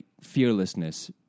fearlessness